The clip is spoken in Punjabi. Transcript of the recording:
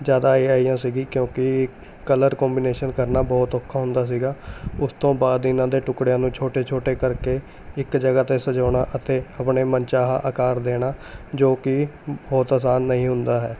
ਜ਼ਿਆਦਾ ਇਹ ਆਈਆਂ ਸੀਗੀ ਕਿਉਂਕਿ ਕਲਰ ਕੋਂਬੀਨੇਸ਼ਨ ਕਰਨਾ ਬਹੁਤ ਔਖਾ ਹੁੰਦਾ ਸੀਗਾ ਉਸ ਤੋਂ ਬਾਅਦ ਇਹਨਾਂ ਦੇ ਟੁਕੜਿਆਂ ਨੂੰ ਛੋਟੇ ਛੋਟੇ ਕਰਕੇ ਇੱਕ ਜਗ੍ਹਾ 'ਤੇ ਸਜਾਉਣਾ ਅਤੇ ਆਪਣੇ ਮਨ ਚਾਹਾ ਆਕਾਰ ਦੇਣਾ ਜੋ ਕਿ ਬਹੁਤ ਆਸਾਨ ਨਹੀਂ ਹੁੰਦਾ ਹੈ